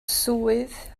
swydd